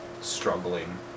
struggling